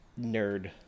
nerd